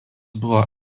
buvo